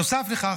נוסף לכך,